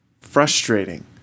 frustrating